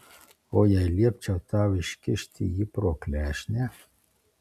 o jei liepčiau tau iškišti jį pro klešnę